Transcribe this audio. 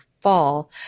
fall